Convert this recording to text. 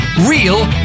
Real